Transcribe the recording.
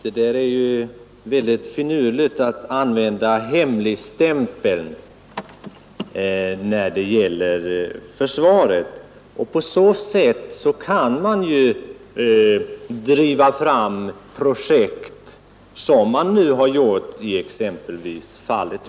Herr talman! Det är ju mycket finurligt att använda hemligstämpeln när det gäller försvaret. På det sättet kan man driva igenom sådana projekt som Viggen.